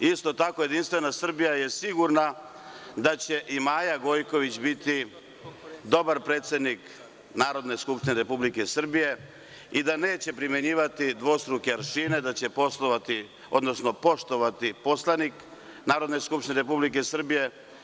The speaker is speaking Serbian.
Isto tako, JS je sigurna da će i Maja Gojković biti dobar predsednik Narodne skupštine Republike Srbije i da neće primenjivati dvostruke aršine, da će poštovati Poslovnik Narodne skupštine Republike Srbije.